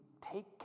take